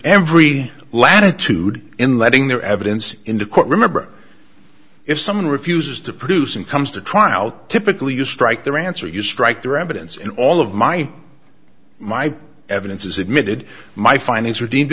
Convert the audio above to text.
every latitude in letting their evidence in the court remember if someone refuses to produce and comes to trial typically you strike their answer you strike their evidence and all of my my evidence is admitted my findings are deemed